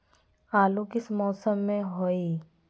आलू किस मौसम में होई?